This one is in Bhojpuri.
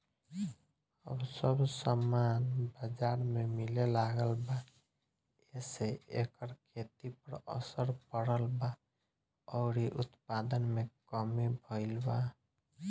अब सब सामान बजार में मिले लागल बा एसे एकर खेती पर असर पड़ल बा अउरी उत्पादन में कमी भईल बा